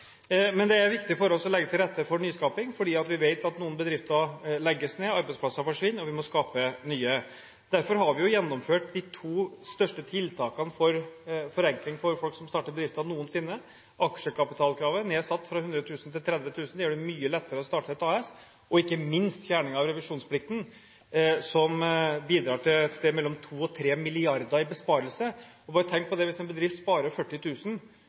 Det er viktig for oss å legge til rette for nyskaping, for vi vet at noen bedrifter legges ned, arbeidsplasser forsvinner, og vi må skape nye. Derfor har vi gjennomført de to største forenklingstiltakene noensinne for folk som starter bedrifter. Aksjekapitalkravet er nedsatt fra 100 000 kr til 30 000 kr, noe som gjør det mye lettere å starte et AS, og ikke minst fjerning av revisjonsplikten, som bidrar til et sted mellom 2 og 3 mrd. kr i besparelse. Hvis en bedrift sparer 40 000 kr, går det